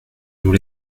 nous